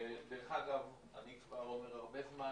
דרך אגב, אני כבר אומר הרבה זמן